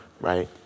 right